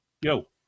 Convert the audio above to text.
Yo